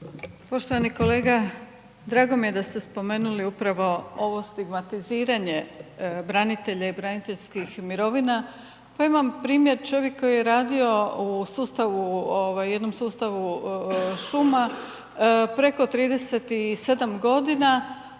Poštovani kolega, drago mi je da ste spomenuli upravo ovo stigmatiziranje branitelja i braniteljskih mirovina, pa imam primjer čovjek koji je radio u sustavu, jednom sustavu šuma preko 37.g.,